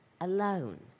alone